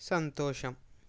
సంతోషం